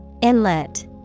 Inlet